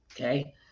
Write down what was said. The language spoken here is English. okay